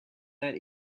that